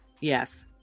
Yes